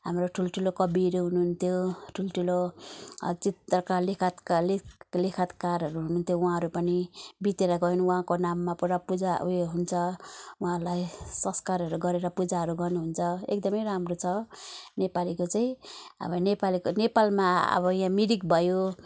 हाम्रो ठुल ठुलो कविहरू हुनुहुन्थ्यो ठुल ठुलो चित्रकार लेखककार लेख लेखककारहरू हुनुहुन्थ्यो उहाँहरू पनि बितेर गए नि उहाँको नाममा पुरा पूजा उयो हुन्छ उहाँलाई संस्कारहरू गरेर पूजाहरू गर्नुहुन्छ एकदमै राम्रो छ नेपालीको चाहिँ अब नेपालीको नेपालमा अब यहाँ मिरिक भयो